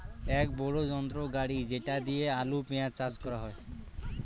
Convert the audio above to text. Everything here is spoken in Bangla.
এক বড়ো যন্ত্র গাড়ি যেটা দিয়ে আলু, পেঁয়াজ চাষ করা হয়